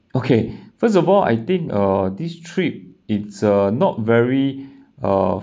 okay first of all I think uh this trip it's a not very uh